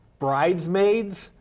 brides maids,